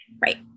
Right